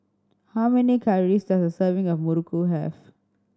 how many calories does a serving of muruku have